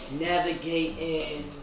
navigating